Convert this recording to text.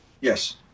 Yes